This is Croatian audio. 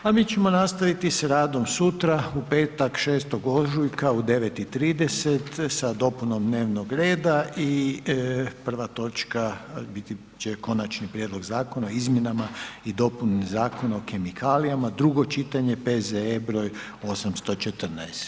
A mi ćemo nastaviti s radom sutra u petak, 6. ožujka u 9.30 sa dopunom dnevnoga reda i prva točka biti će Konačni prijedlog zakona o izmjenama i dopuni Zakona o kemikalijama, drugo čitanje, P.Z.E. broj 814.